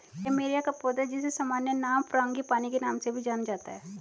plumeria का पौधा, जिसे सामान्य नाम फ्रांगीपानी के नाम से भी जाना जाता है